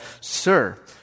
Sir